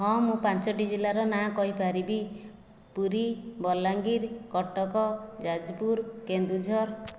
ହଁ ମୁଁ ପାଞ୍ଚୋଟି ଜିଲ୍ଲାର ନାଁ କହିପାରିବି ପୁରୀ ବଲାଙ୍ଗୀର କଟକ ଯାଜପୁର କେନ୍ଦୁଝର